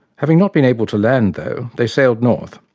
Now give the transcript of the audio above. having not been able to land, though, they sailed north,